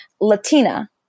Latina